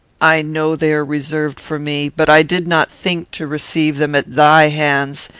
i know they are reserved for me but i did not think to receive them at thy hands,